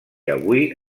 avui